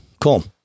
Cool